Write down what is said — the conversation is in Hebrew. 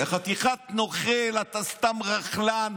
יא חתיכת נוכל, אתה סתם רכלן.